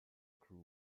crew